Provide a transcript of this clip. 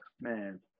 man